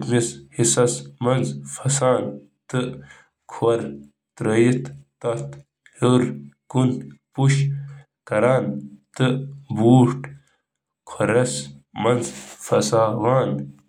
بنیٲدی طور پٲٹھۍ چھُ یہِ ٹول اکھ ہموار ریمپ فراہم کران یُس تُہنٛدِس بوٗٹٕچ کھوٗر پتھ کُن چھُ تُلان، ییٚلہِ تُہۍ پنُن کھۄر انٛدر کٔڑِو تیٚلہِ رُکٲوِو تُہنٛدِس گۄٹَس ژٹنہٕ نِش۔